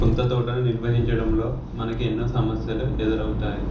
సొంత తోటను నిర్వహించడంలో మనకి ఎన్నో సమస్యలు ఎదురవుతాయి